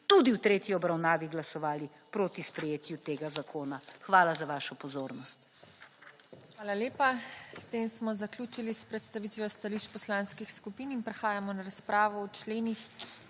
tudi v tretji obravnavi glasovali proti sprejetju tega zakona. Hvala za vašo pozornost. **PODPREDSEDNICA TINA HEFERLE:** Hvala lepa. S tem smo zaključili s predstavitvijo stališč poslanskih skupin in prehajamo na razpravo o členih